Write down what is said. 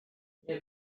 nie